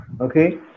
Okay